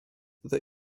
that